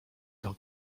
dans